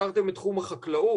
הזכרתם את תחום החקלאות,